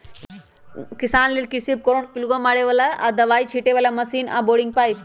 किसान लेल कृषि उपकरण पिलुआ मारे बला आऽ दबाइ छिटे बला मशीन आऽ बोरिंग पाइप